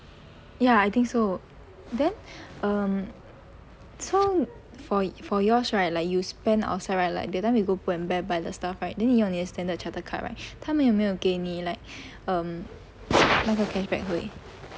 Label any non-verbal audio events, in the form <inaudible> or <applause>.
ya I think so then <breath> um so for for yours right like you spend outside right like that time you go Pull&Bear buy the stuff right then 你用你的 Standard Chartered card right <breath> 他们有没有给你 like <breath> um 那个 cashback 回